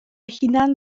hunan